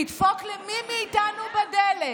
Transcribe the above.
ידפוק למי מאיתנו בדלת,